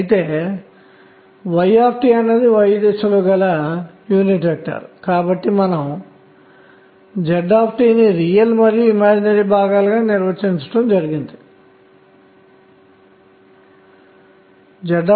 అలాగే n విలువలు ఇవ్వబడిన కోసం nk k 1 k 2 మరియు మొదలగునవి k nr